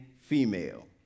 female